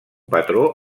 patró